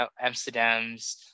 Amsterdam's